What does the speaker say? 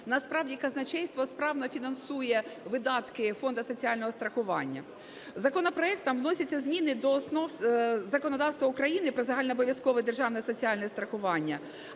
Насправді казначейство справно фінансує видатки Фонду соціального страхування. Законопроектом вносяться зміни до Основ законодавства України про загальнообов'язкове державне соціальне страхування,